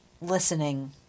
listening